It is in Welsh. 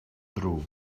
ddrwg